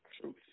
truth